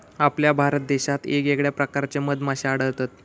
आपल्या भारत देशात येगयेगळ्या प्रकारचे मधमाश्ये आढळतत